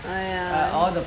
oh yeah